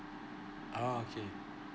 oh okay